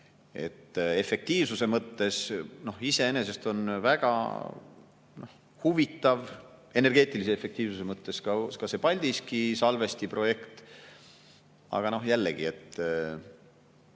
Efektiivsuse mõttes iseenesest on väga huvitav, energeetilise efektiivsuse mõttes, see Paldiski salvesti projekt. Aga jällegi,